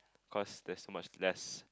cause there's so much less